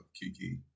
Kiki